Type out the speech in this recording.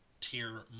tier